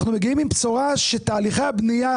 אנחנו מגיעים עם בשורה לפיה תהליכי הבנייה